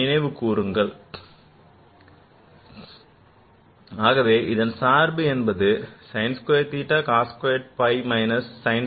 நினைவு கூறுங்கள் cos 2 phi ஆகவே அதன் சார்பு என்பது sin squared theta cos squared phi minus sin squared phi